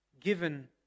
given